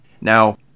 Now